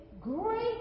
great